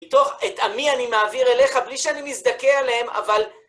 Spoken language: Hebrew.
בתוך את עמי אני מעביר אליך, בלי שאני מזדכה עליהם, אבל...